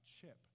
chip